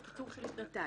של קיצור של שנתיים.